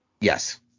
Yes